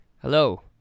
Hello